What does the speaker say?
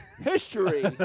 history